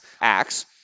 acts